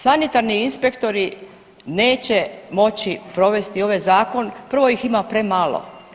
Sanitarni inspektori neće moći provesti ovaj zakon, prvo ih ima premalo.